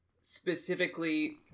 Specifically